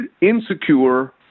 insecure